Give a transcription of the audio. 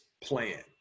plan